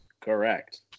correct